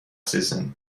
season